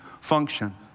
function